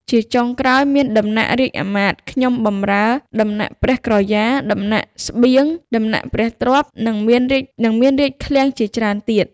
ជាចុងក្រោយមាន ដំណាក់រាជអាមាត្យខ្ញុំបម្រើ ដំណាក់ព្រះក្រយ៉ា ដំណាក់ស្បៀង ដំណាក់ព្រះទ្រព្យ និងមានរាជឃ្លាំងជាច្រើនទៀត ។